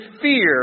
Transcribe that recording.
fear